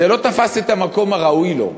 זה לא תפס את המקום הראוי לו,